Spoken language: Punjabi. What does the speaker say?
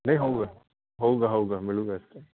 ਨਹੀਂ ਹੋਊਗਾ ਹੋਊਗਾ ਹੋਊਗਾ ਮਿਲੇਗਾ ਇੱਥੇ